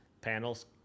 Panels